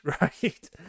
right